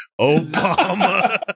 obama